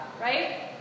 right